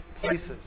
places